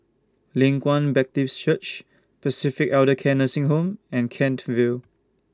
Leng Kwang Baptive Church Pacific Elder Care Nursing Home and Kent Vale